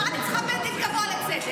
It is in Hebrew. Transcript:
מה אני צריכה בית דין גבוה לצדק?